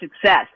success